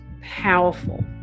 powerful